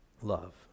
love